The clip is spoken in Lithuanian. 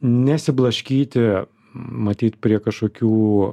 nesiblaškyti matyt prie kažkokių